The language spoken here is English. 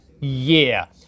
year